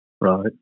right